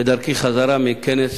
בדרכי חזרה מכנס